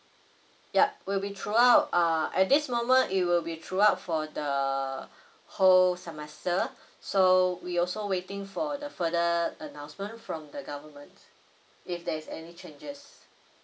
yup will be throughout err at this moment it will be throughout for the whole semester so we also waiting for the further announcement from the government if there's any changes